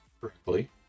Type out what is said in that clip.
correctly